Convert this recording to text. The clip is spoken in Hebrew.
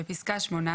בפסקה (18)